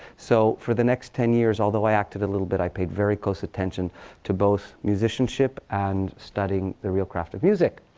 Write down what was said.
so for the next ten years, although i acted a little bit, i paid very close attention to both musicianship and studying the real craft of music.